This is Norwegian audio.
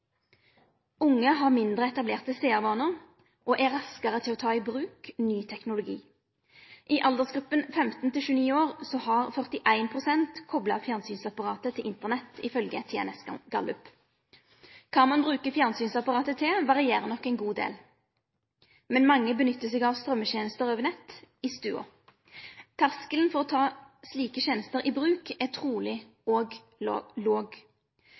Unge har mindre etablerte sjåarvanar og er raskare til å ta i bruk ny teknologi. I aldersgruppa 15–29 år har ifølgje TNS gallup 41 pst. kopla fjernsynsapparatet til Internett. Kva ein bruker fjernsynsapparatet til, varierer nok ein god del. Men mange nyttar seg av strøymetenester over nett i stova. Terskelen for å ta slike tenester i bruk er truleg òg låg.